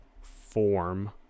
form